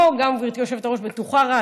אני בטוחה שגם גברתי היושבת-ראש ראתה.